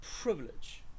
privilege